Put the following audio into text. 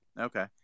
Okay